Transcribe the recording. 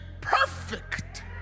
perfect